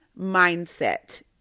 mindset